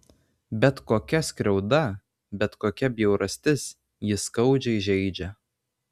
bet kokia skriauda bet kokia bjaurastis jį skaudžiai žeidžia